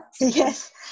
yes